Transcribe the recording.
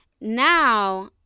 Now